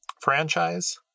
franchise